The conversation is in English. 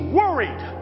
worried